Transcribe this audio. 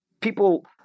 People